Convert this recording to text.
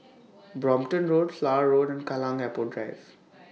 Brompton Road Flower Road and Kallang Airport Drive